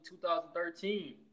2013